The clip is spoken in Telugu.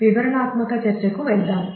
కాబట్టి వివరణాత్మక చర్చకు వెళ్దాం